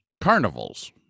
carnivals